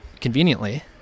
conveniently